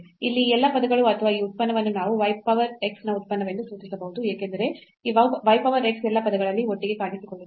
ಇಲ್ಲಿ ಈ ಎಲ್ಲಾ ಪದಗಳು ಅಥವಾ ಈ ಉತ್ಪನ್ನವನ್ನು ನಾವು y power x ನ ಉತ್ಪನ್ನವೆಂದು ಸೂಚಿಸಬಹುದು ಏಕೆಂದರೆ ಈ y power x ಎಲ್ಲಾ ಪದಗಳಲ್ಲಿ ಒಟ್ಟಿಗೆ ಕಾಣಿಸಿಕೊಳ್ಳುತ್ತದೆ